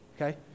Okay